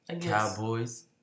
Cowboys